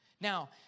Now